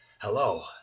Hello